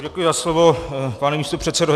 Děkuji za slovo, pane místopředsedo.